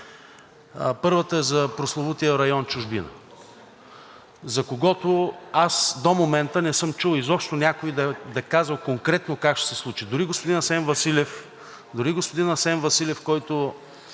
Първата е за прословутия район „Чужбина“, за който аз до момента не съм чул изобщо някой да казва конкретно как ще се случи. Дори господин Асен Василев, който